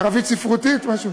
בערבית ספרותית, משהו?